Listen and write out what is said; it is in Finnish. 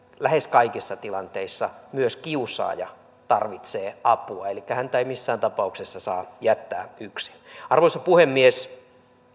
lähes kaikissa tilanteissa myös kiusaaja tarvitsee apua elikkä häntä ei missään tapauksessa saa jättää yksin arvoisa puhemies